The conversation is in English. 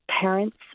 parents